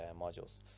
modules